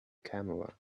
camera